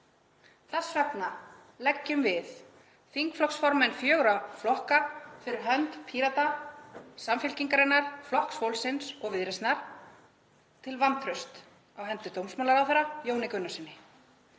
Þess vegna leggjum við, þingflokksformenn fjögurra flokka, fyrir hönd Pírata, Samfylkingarinnar, Flokks fólksins og Viðreisnar, til vantraust á hendur dómsmálaráðherra, Jóni Gunnarssyni,